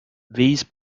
these